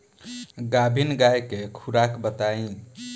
गाभिन गाय के खुराक बताई?